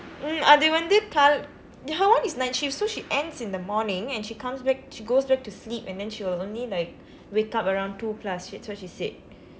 mm அது வந்து:athu vandthu kal~ her one is night shift so she ends in the morning and she comes back she goes back to sleep and then she will only like wake up around two plus that's what she said